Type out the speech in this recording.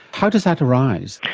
how does that arise?